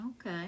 Okay